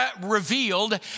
revealed